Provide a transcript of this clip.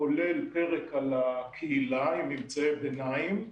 כולל פרק על הקהילה עם ממצאי ביניים.